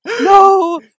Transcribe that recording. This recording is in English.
No